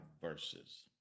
verses